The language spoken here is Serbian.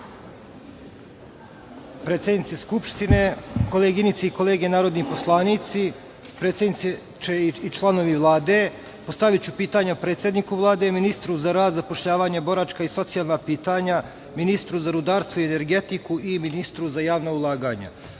Predsednice Skupštine, koleginice i kolege narodni poslanici, predsednice i članovi Vlade postaviću pitanja predsedniku Vlade i ministru za rad, zapošljavanje, boračka i socijalna pitanja, ministru za rudarstvo i energetiku i ministru za javna ulaganja. Pitanja